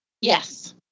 Yes